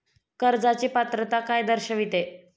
कर्जाची पात्रता काय दर्शविते?